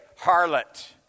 harlot